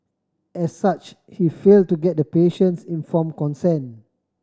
as such he fail to get the patient's inform consent